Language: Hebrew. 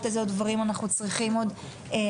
איזה עוד דברים אנחנו צריכים עוד לעשות,